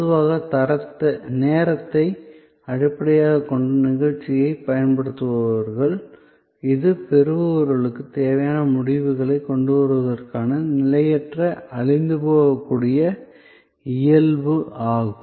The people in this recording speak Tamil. பொதுவாக நேரத்தை அடிப்படையாகக் கொண்ட நிகழ்ச்சிகளைப் பயன்படுத்துபவர்கள் இது பெறுபவர்களுக்குத் தேவையான முடிவுகளைக் கொண்டுவருவதற்கான நிலையற்ற அழிந்துபோகக்கூடிய இயல்பு ஆகும்